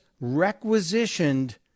requisitioned